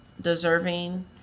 deserving